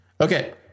Okay